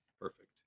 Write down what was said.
Perfect